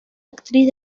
actriz